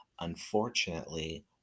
Unfortunately